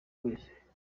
wese